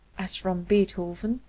as from beethoven,